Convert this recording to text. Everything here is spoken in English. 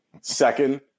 Second